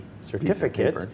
certificate